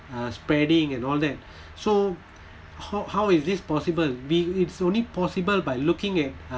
uh spreading and all that so how how is this possible we it's only possible by looking at uh